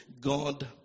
God